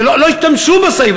לא השתמשו בסעיף,